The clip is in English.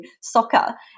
soccer